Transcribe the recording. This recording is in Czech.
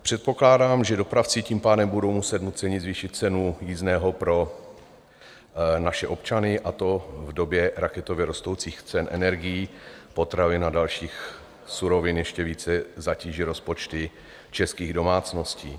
Předpokládám, že dopravci tím pádem budou muset nuceně zvýšit cenu jízdného pro naše občany, a to v době raketově rostoucích cen energií, potravin a dalších surovin, ještě více zatíží rozpočty českých domácností.